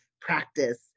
practice